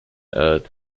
earth